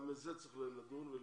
גם בזה צריך לדון.